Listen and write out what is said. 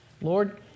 Lord